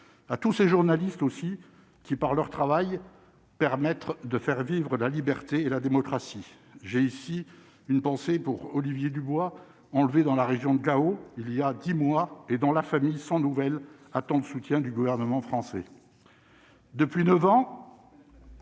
à tous ces journalistes aussi qui, par leur travail, permettre de faire vivre la liberté et la démocratie, j'ai ici une pensée pour Olivier Dubois enlevés dans la région de Gao, il y a 10 mois et dont la famille sont nouvelles attend de soutien du gouvernement français